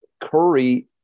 Curry